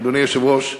אדוני היושב-ראש,